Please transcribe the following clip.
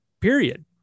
period